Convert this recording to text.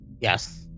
Yes